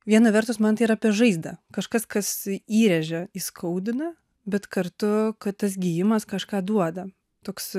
viena vertus man ir apie žaizdą kažkas kas įrėžė įskaudina bet kartu kad tas gijimas kažką duoda toks